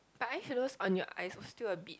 her eyes shadows on your eyes was still a bit